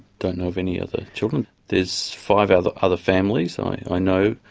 don't know of any other children. there's five other other families i know,